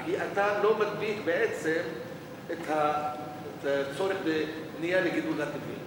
כי אתה לא מדביק בעצם את הצורך בבנייה לגידול הטבעי.